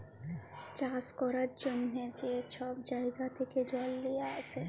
চাষ ক্যরার জ্যনহে যে ছব জাইগা থ্যাকে জল লিঁয়ে আসে